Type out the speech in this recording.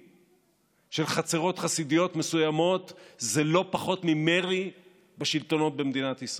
להפגין, לא נרים ידיים, נאתגר את התקנות בבג"ץ,